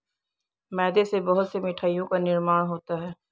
मैदा से बहुत से मिठाइयों का निर्माण होता है